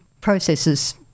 processes